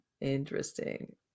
interesting